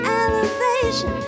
elevation